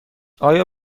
آیا